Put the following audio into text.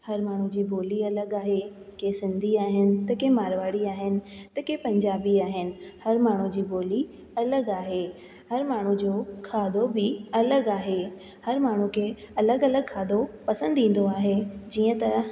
हरु माण्हूंअ जी ॿोली अलॻि आहे के सिंधी आहिनि त के माड़वाड़ी आहिनि त के पंजाबी आहिनि हरु माण्हूंअ जी ॿोली अलॻि आहे हरु माण्हूं जो खाधो बि अलॻि आहे हरु माण्हूंअ खे अलॻि अलॻि खाधो पसंदि ईंदो आहे जीअं त